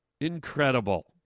Incredible